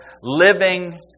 living